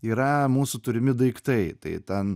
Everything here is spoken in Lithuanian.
yra mūsų turimi daiktai tai ten